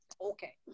Okay